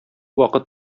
вакыт